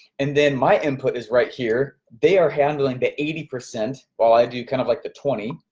and then my input is right here. they are handling the eighty percent while i do kind of like the twenty.